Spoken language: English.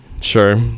sure